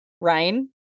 ryan